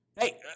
Hey